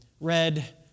red